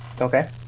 Okay